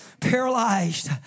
paralyzed